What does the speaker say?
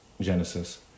Genesis